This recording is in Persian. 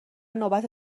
نوبت